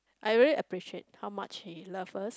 I really appreciate how much he love us